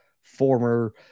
former